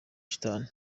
shitani